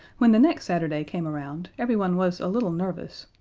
when the next saturday came around everyone was a little nervous,